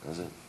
תודה לך.